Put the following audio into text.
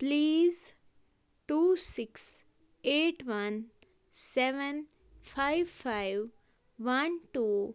please two six eight one seven five five one two